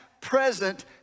present